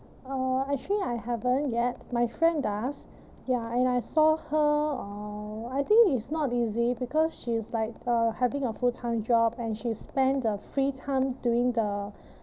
uh actually I haven't yet my friend does ya and I saw her uh I think it's not easy because she's like uh having a full-time job and she spend her free time doing the